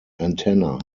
antenna